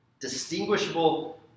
distinguishable